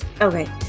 okay